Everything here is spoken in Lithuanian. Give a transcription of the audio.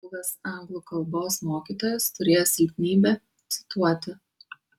buvęs anglų kalbos mokytojas turėjo silpnybę cituoti